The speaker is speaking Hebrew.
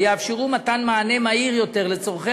ויאפשרו מתן מענה מהיר יותר לצורכי